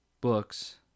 books